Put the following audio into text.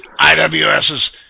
IWS's